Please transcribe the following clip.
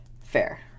fair